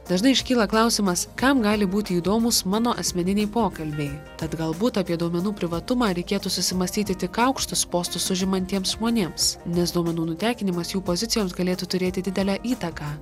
dažnai iškyla klausimas kam gali būti įdomūs mano asmeniniai pokalbiai tad galbūt apie duomenų privatumą reikėtų susimąstyti tik aukštus postus užimantiems žmonėms nes duomenų nutekinimas jų pozicijoms galėtų turėti didelę įtaką